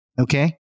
Okay